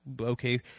okay